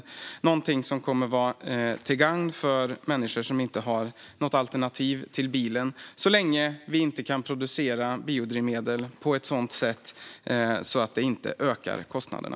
Det är någonting som kommer att vara till gagn för människor som inte har något alternativ till bilen så länge vi inte kan producera biodrivmedel på ett sådant sätt att det inte ökar kostnaderna.